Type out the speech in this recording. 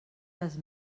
les